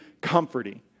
comforting